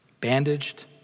bandaged